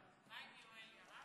מה עם חבר הכנסת יואל חסון?